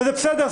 ובסדר.